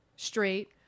straight